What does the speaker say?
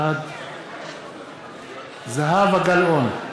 בעד זהבה גלאון,